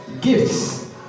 Gifts